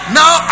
now